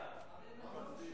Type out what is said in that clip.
תשיב.